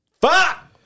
Fuck